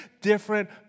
different